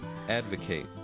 Advocate